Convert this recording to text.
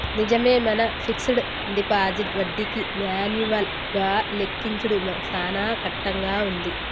నిజమే మన fixed deposit వడ్డీకి మాన్యువల్ గా లెక్కించుడు సాన కట్టంగా ఉంది